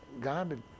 God